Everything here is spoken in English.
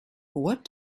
what